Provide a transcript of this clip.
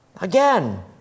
Again